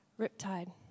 Riptide